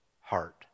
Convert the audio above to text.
heart